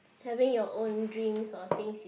having your or dreams or things you